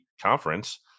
conference